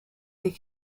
des